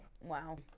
Wow